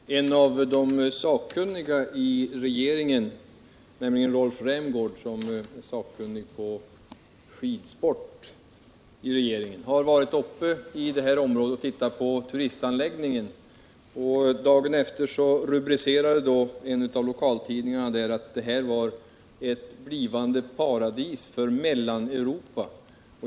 Herr talman! En av de sakkunniga i regeringen, nämligen Rolf Rämgård som är sakkunnig på skidsport, har besökt detta område och sett på turistanläggningen. Dagen efter angav en av lokaltuidningarna i sin rubrik att detta var ett blivande paradis för Mellaneuropa.